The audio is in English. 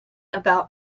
about